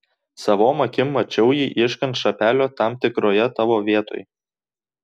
savom akim mačiau jį ieškant šapelio tam tikroje tavo vietoj